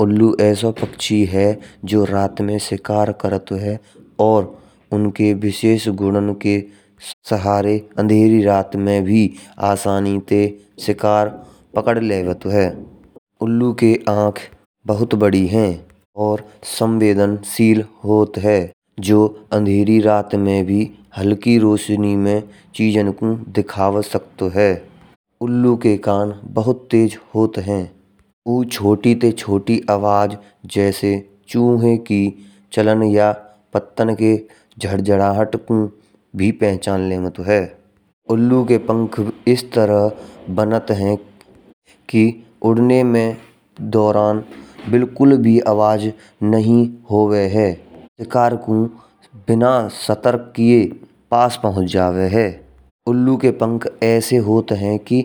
उल्लू ऐस पक्षी है जो रात में शिकार करत है। और उनके विशेष गुणन के सहारे अँधेरे रात में भी असानी से शिकार पकड़ लेवेत है। उल्लू के आँख बहुत बड़ी हैं और संवेदनशील होता है। जो अँधेरे रात में भी हल्की रोशनी में चीज़न को दिखावा सकत है। उल्लू के कान बहुत तेज होते हैं। औ छोटी से छोटी आवाज, जैसै चूहे की चलन या पत्तन के झाड़-झड़हत को भे पहचान लेवत है। उल्लू के पंख इस तरह बनात है कि उड़नै में दौंरन बिलकुल भे आवाज नै हौ गऐ हैं। शिकार को बिनै सतर्क कियै पास पहुंच जावै है। उल्लू के पंख ऐस होत है, कि